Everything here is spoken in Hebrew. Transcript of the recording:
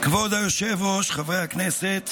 כבוד היושב-ראש, חברי הכנסת,